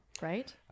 right